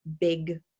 big